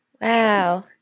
Wow